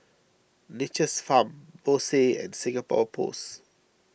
Nature's Farm Bose and Singapore Post